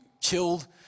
killed